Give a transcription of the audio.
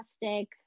fantastic